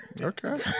Okay